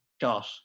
got